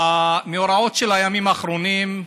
המאורעות של הימים האחרונים,